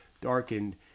darkened